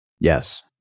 Yes